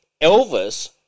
Elvis